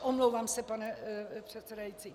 Omlouvám se, pane předsedající.